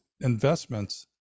investments